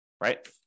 right